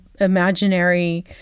imaginary